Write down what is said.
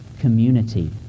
community